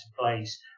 place